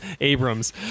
Abrams